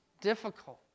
difficult